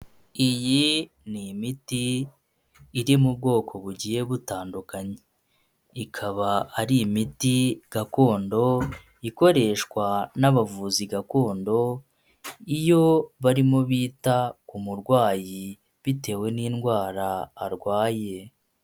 Iyi ni imiti iri mu bwoko bugiye butandukanye. Ikaba ari imiti gakondo ikoreshwa n'abavuzi gakondo iyo barimo bita umurwayi, bitewe n'indwara arwaye.